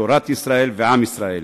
תורת ישראל ועם ישראל.